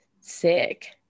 sick